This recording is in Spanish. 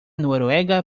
noruega